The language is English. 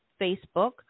Facebook